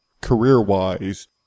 career-wise